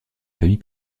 famille